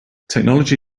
technology